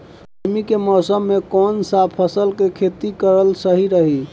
गर्मी के मौषम मे कौन सा फसल के खेती करल सही रही?